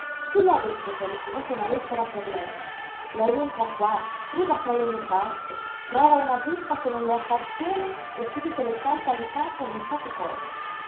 chi le ha detto che ho ricevuto una lettera per lei lei entra qua fruga tra le mie carte trova una busta che non le appartiene e subito le salta in capo non so che cosa